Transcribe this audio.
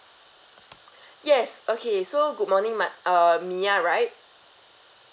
yes okay so good morning my~ uh mya right